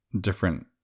different